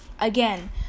again